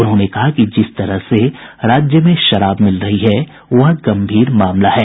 उन्होंने कहा कि जिस तरह से राज्य में शराब मिल रही है वह गंभीर मामला है